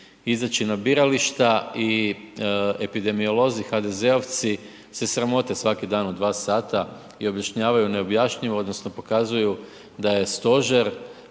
izaći na birališta i epidemiolozi HDZ-ovci se sramote svaki dan u 2 sata i objašnjavaju neobjašnjivo odnosno pokazuju da je stožer